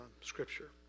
Scripture